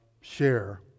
share